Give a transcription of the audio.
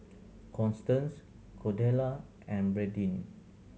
Constance Cordella and Bradyn